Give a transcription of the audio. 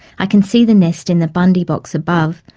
i can see the nest in the bundy box above,